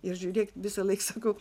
ir žiūrėk visąlaik sakau